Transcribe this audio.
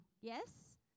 Yes